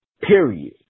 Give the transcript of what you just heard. period